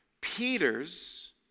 Peter's